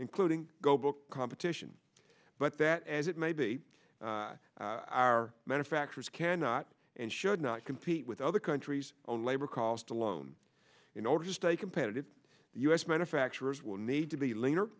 including go book titian but that as it may be our manufacturers cannot and should not compete with other countries own labor cost alone in order to stay competitive u s manufacturers will need to be leaner